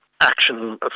action